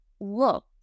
look